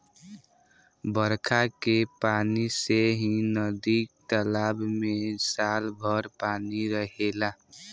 बरखा के पानी से ही नदी तालाब में साल भर पानी रहेला